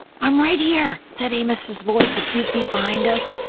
i'm right here! said amos's voice a few feet behind us.